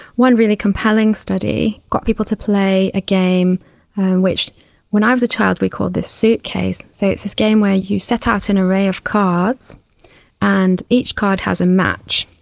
one really compelling study got people to play a game which when i was a child we called the suitcase, so it's this game where you set out an array of cards and each card has a match,